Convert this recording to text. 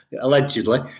allegedly